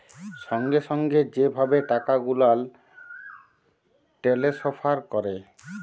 সঙ্গে সঙ্গে যে ভাবে টাকা গুলাল টেলেসফার ক্যরে